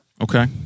Okay